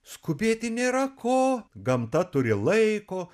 skubėti nėra ko gamta turi laiko